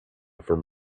from